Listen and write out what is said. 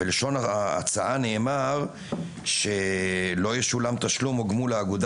בלשון ההצעה נאמר שלא ישולם תשלום או גמול לאגודה